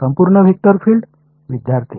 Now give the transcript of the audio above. संपूर्ण vector field